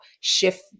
shift